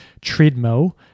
treadmill